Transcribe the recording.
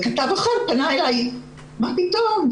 כתב אחר פנה אליי ואמר: מה פתאום?